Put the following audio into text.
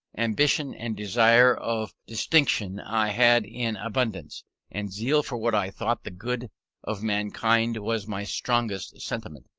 ambition and desire of distinction i had in abundance and zeal for what i thought the good of mankind was my strongest sentiment,